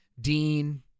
Dean